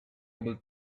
able